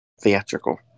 theatrical